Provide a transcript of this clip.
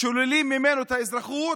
שוללים ממנו את האזרחות